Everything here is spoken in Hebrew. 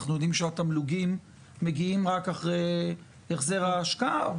אנחנו יודעים שהתמלוגים מגיעים רק אחרי החזר ההשקעה.